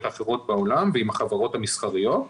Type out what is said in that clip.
האחרות בעולם ועם החברות המסחריות.